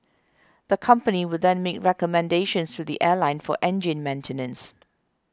the company would then make recommendations to the airline for engine maintenance